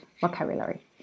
vocabulary